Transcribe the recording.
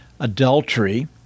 Adultery